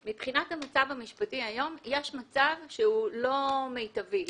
מבחינת המצב המשפטי היום, יש מצב שהוא לא מיטבי.